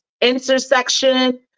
intersection